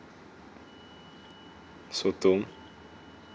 sotong